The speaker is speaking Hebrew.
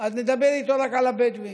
אז נדבר איתו רק על הבדואים.